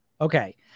Okay